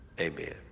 Amen